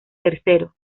tercero